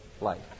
life